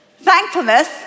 Thankfulness